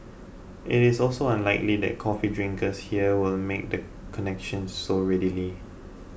it is also unlikely that coffee drinkers here will make the connection so readily